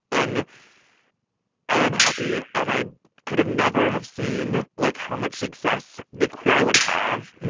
and i am happy, and i could have never have seen, like, how much success the career i would have.